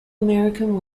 american